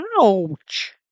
Ouch